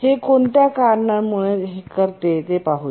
हे कोणत्या कारणामुळे हे करते ते पाहू